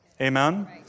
Amen